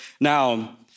Now